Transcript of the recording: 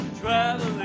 traveling